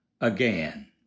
again